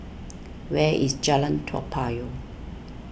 where is Jalan Toa Payoh